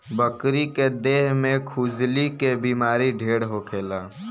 बकरी के देह में खजुली के बेमारी ढेर होखेला